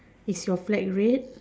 is your flag red